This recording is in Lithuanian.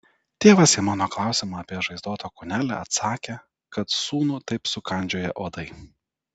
tėvas į mano klausimą apie žaizdotą kūnelį atsakė kad sūnų taip sukandžioję uodai